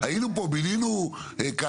הייתי פה, בילינו כאן